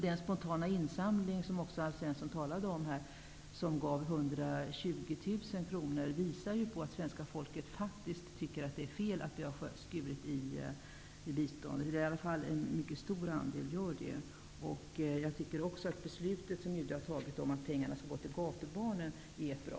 Den spontana insamling som Alf Svensson talade om och som gav 120 000 kr visar på att svenska folket faktiskt tycker att det är fel att biståndet har skurits ned. Det är i alla fall en stor andel människor som tycker så. Jag tycker att det beslut som UD har fattat om att pengarna skall gå till gatubarnen är bra.